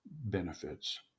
benefits